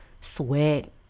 sweat